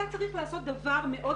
אתה צריך לעשות דבר מאוד